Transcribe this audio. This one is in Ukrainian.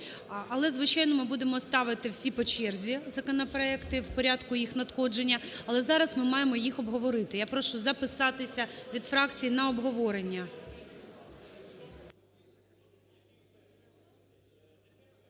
Але, звичайно, ми будемо ставити всі по черзі законопроекти в порядку їх надходження, але зараз ми маємо їх обговорити. Я прошу записатися від фракцій на обговорення.